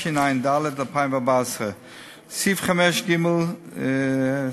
התשע"ד 2014. בסעיף 5ג(ה)